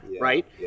right